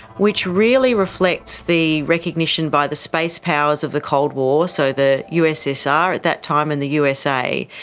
which really reflects the recognition by the space powers of the cold war, so the ussr at that time and the usa,